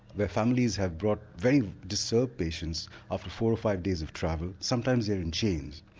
their families have brought very disturbed patients after four or five days of travel, sometimes they're in chains.